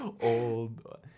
Old